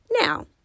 Now